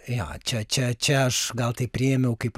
jo čia čia čia aš gal tai priėmiau kaip